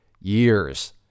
years